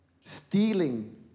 stealing